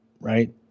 right